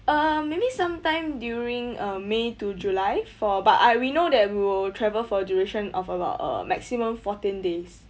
uh maybe sometime during uh may to july for but uh we know that we will travel for duration of about uh maximum fourteen days